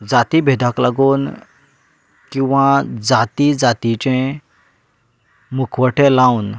जाती भेदाक लागून किंवा जाती जातीचे मुखवटे लावन